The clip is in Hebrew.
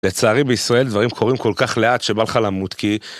לצערי בישראל דברים קורים כל כך לאט שבא לך למות, כי...